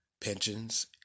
pensions